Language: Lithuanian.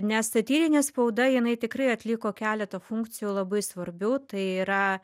nes satyrinė spauda jinai tikrai atliko keletą funkcijų labai svarbių tai yra